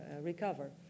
recover